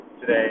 today